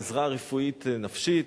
עזרה רפואית נפשית,